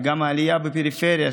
וגם העלייה בפריפריה,